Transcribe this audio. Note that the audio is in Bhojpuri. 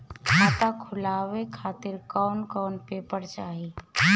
खाता खुलवाए खातिर कौन कौन पेपर चाहीं?